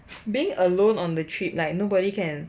being alone on the trip like nobody can